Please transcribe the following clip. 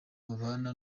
babana